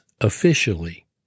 officially